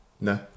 No